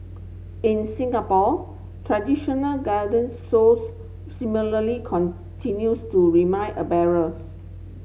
in Singapore traditional roles similarly continues to remain a barriers